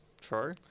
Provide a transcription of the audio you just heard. true